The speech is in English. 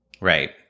Right